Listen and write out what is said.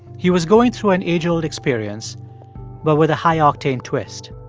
he was going through an age-old experience but with a high-octane twist.